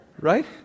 right